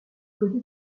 connu